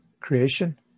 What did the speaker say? creation